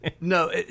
No